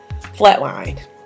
flatlined